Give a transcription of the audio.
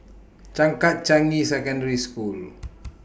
Changkat Changi Secondary School